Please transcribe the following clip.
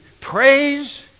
praise